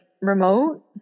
remote